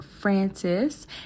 francis